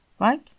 right